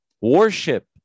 Worship